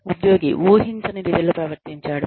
ఉద్యోగి ఊహించని రీతిలో ప్రవర్తించాడు